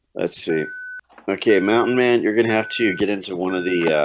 let's see okay mountain man, you're gonna have to get into one of the